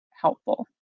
helpful